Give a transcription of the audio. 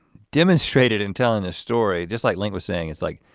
demonstrated and telling a story just like link was saying it's like